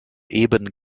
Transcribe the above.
eben